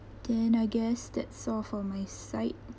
then I guess that's all for my side